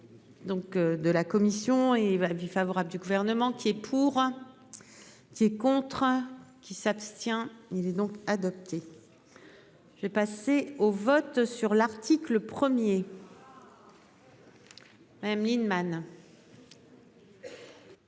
Donc de la commission et avis favorable du gouvernement qui est pour. Qui est contraint qui s'abstient. Il est donc adopté. J'ai passer au vote sur l'article 1er. Madame Lienemann.